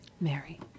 Mary